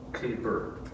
keeper